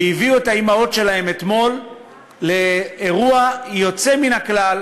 הביאו את האימהות שלהם לאירוע יוצא מן הכלל,